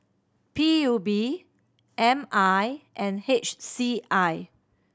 P U B M I and H C I